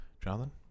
Jonathan